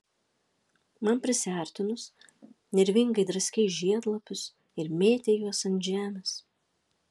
man prisiartinus nervingai draskei žiedlapius ir mėtei juos ant žemės